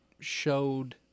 showed